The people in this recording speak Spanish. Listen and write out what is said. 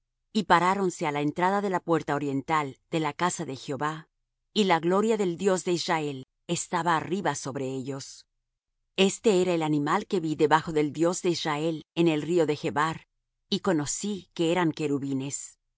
y paráronse á la entrada de la puerta oriental de la casa de jehová y la gloria del dios de israel estaba arriba sobre ellos este era el animal que vi debajo del dios de israel en el río de chebar y conocí que eran querubines